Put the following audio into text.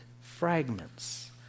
fragments